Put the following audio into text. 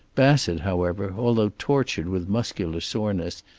bassett, however, although tortured with muscular soreness,